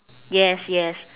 yes yes